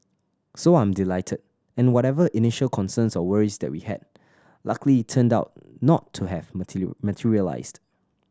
so I'm delighted and whatever initial concerns or worries that we had luckily turned out not to have materialised